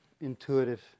intuitive